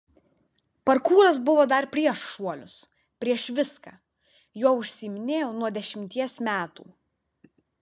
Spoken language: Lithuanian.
parkūras buvo dar prieš šuolius prieš viską juo užsiiminėjau nuo dešimties metų